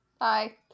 Hi